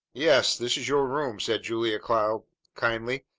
yes, this is your room, said julia cloud kindly,